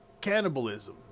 cannibalism